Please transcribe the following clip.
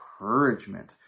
encouragement